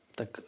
tak